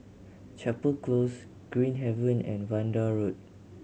Chapel Close Green Haven and Vanda Road